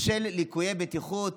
בשל ליקויי בטיחות